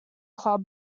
club